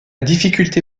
difficulté